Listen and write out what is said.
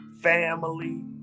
family